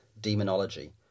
Demonology